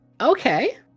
okay